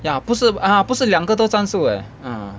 ya 不是 ah 不是两个都站住 eh ah